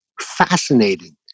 fascinating